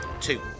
Two